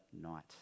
night